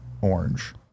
orange